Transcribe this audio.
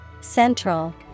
Central